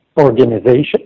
organization